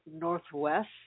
Northwest